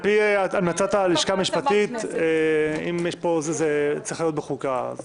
על פי המלצת הלשכה המשפטית זה צריך להיות בחוקה.